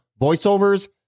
Voiceovers